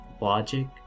logic